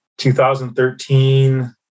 2013